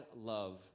love